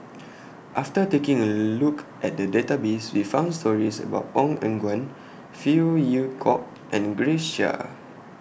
after taking A Look At The Database We found stories about Ong Eng Guan Phey Yew Kok and Grace Chia